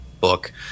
book